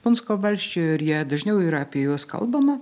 punsko valsčiuje ir jie dažniau yra apie juos kalbama